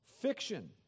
fiction